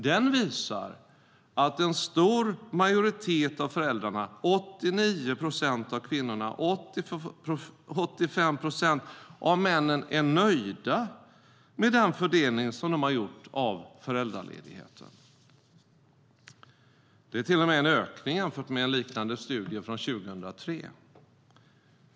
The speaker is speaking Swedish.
Den visar att en stor majoritet av föräldrarna, 89 procent av kvinnorna och 85 procent av männen, är nöjda med den fördelning som de har gjort av föräldraledigheten. Det är till och med en ökning jämfört med resultatet av en liknande studie från 2003.